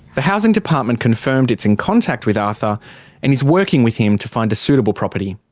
the housing department confirmed it's in contact with arthur and is working with him to find a suitable property.